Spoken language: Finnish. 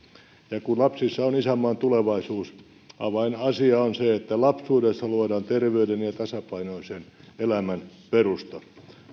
ja kun lapsissa on isänmaan tulevaisuus avainasia on se että lapsuudessa luodaan terveyden ja tasapainoisen elämän perusta